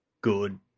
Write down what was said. good